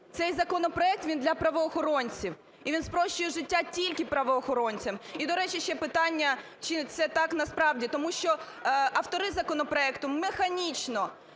цей законопроект, він для правоохоронців, і він спрощує життя тільки правоохоронцям. І, до речі, ще питання: чи це так насправді? Тому що автори законопроекту механічно